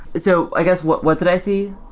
so i guess what what did i see?